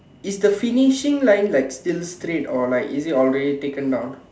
is the finishing line like still straight or is it already taken down